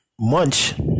Munch